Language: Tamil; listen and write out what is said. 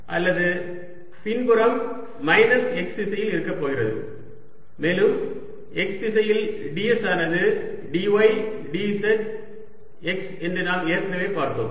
அல்லது பின்புறம் மைனஸ் x திசையில் இருக்கப் போகிறது மேலும் x திசையில் ds ஆனது dy dz x என்று நாம் ஏற்கனவே பார்த்தோம்